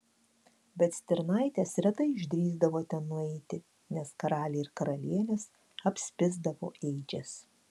bet stirnaitės retai išdrįsdavo ten nueiti nes karaliai ir karalienės apspisdavo ėdžias